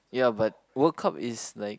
ya but World Cup is like